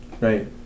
right